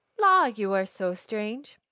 la, you are so strange.